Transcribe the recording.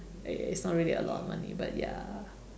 it is not really a lot of money but ya